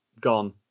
gone